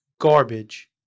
garbage